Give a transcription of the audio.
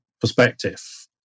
perspective